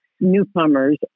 newcomers